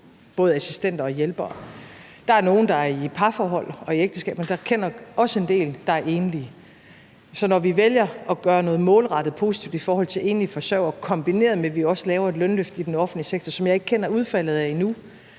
både assistenter og hjælpere. Der er nogle, der er i parforhold og i ægteskab, men jeg kender også en del, der er enlige. Så når vi vælger at gøre noget målrettet positivt i forhold til enlige forsørgere, kombineret med at vi også laver et lønløft i den offentlige sektor, som jeg ikke kender udfaldet af endnu,